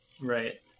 right